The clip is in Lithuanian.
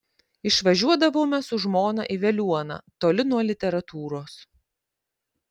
išvažiuodavome su žmona į veliuoną toli nuo literatūros